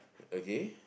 okay